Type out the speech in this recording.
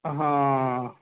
ਹਾਂ